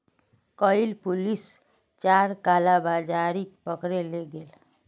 कइल पुलिस चार कालाबाजारिक पकड़े ले गेले